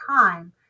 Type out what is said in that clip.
time